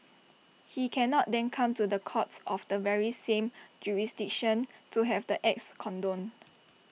he cannot then come to the courts of the very same jurisdiction to have the acts condoned